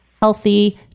healthy